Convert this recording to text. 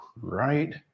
Right